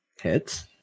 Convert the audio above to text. Hits